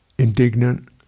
Indignant